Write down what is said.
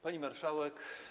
Pani Marszałek!